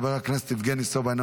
חבר הכנסת מיכאל ביטון,